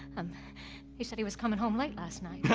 um he said he was coming home late last night. yeah